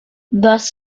thus